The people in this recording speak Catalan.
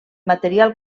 material